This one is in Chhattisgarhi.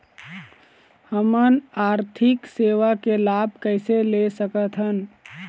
हमन आरथिक सेवा के लाभ कैसे ले सकथन?